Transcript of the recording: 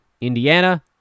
Indiana